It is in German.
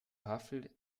havel